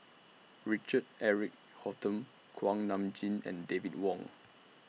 Richard Eric Holttum Kuak Nam Jin and David Wong